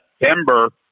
September